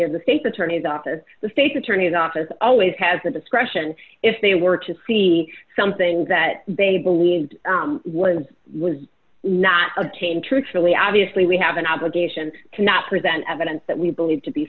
of the state attorney's office the state's attorney's office always has the discretion if they were to see something that they believed was was not obtained truthfully obviously we have an obligation cannot present evidence that we believe to be